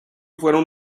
fueron